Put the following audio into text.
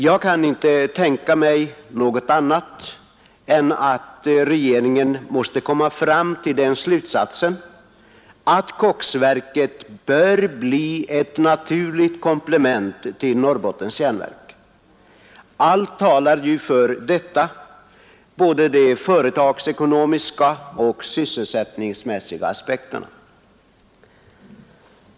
Jag kan inte tänka mig något annat än att regeringen måste komma till den slutsatsen, att koksverket är ett naturligt komplement till Norrbottens järnverk. Allt talar för detta: både företagsekonomiska och sysselsättningsmässiga aspekter.